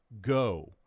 go